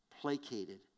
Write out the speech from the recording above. Placated